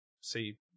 See